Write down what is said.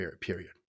period